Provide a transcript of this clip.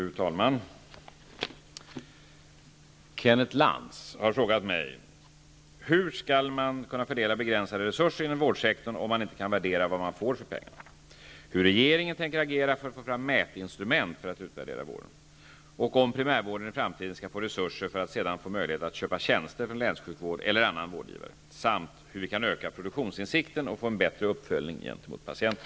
Fru talman! Kenneth Lantz har frågat mig: -- Hur man skall kunna fördela begränsade resurser inom vårdsektorn om man inte kan värdera vad man får för pengarna, -- hur regeringen tänker agera för att få fram mätinstrument för att utvärdera vården, -- om primärvården i framtiden skall få resurser för att sedan få möjlighet att köpa tjänster från länssjukvård eller annan vårdgivare samt -- hur vi kan öka produktionsinsikten och få en bättre uppföljning gentemot patienten.